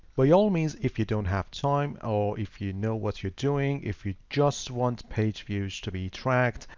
by all means, if you don't have time, or if you know what you're doing, if you just want pageviews to be tracked,